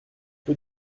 peu